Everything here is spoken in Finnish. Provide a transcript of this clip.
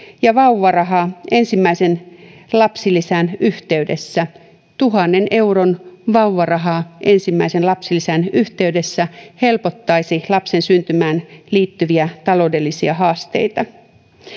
ja vauvaraha ensimmäisen lapsilisän yhteydessä tuhannen euron vauvaraha ensimmäisen lapsilisän yhteydessä helpottaisi lapsen syntymään liittyviä taloudellisia haasteita